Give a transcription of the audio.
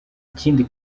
ikindi